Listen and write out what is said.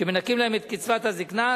שמנכים להם את קצבת הזיקנה,